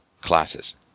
classes